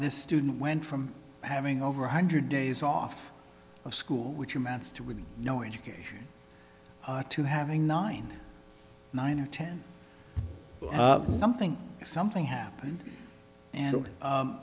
this student went from having over one hundred days off of school which amounts to with no education to having nine nine or ten something something happened and